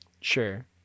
sure